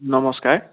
নমস্কাৰ